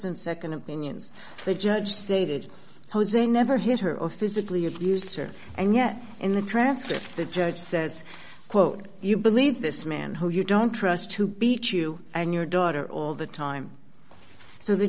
and nd opinions the judge stated jose never hit her or physically abused her and yet in the transcript the judge says quote you believe this man who you don't trust who beat you and your daughter all the time